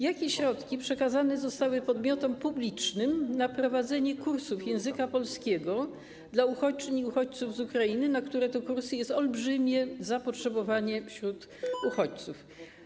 Jakie środki przekazane zostały podmiotom publicznym na prowadzenie kursów języka polskiego dla uchodźczyń i uchodźców z Ukrainy, na które to kursy jest olbrzymie zapotrzebowanie wśród uchodźców?